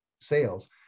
sales